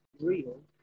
real